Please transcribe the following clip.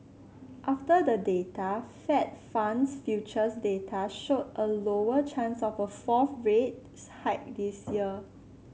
after the data Fed funds futures data showed a lower chance of a fourth rate hike this year